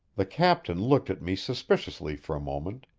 the captain looked at me suspiciously for a moment,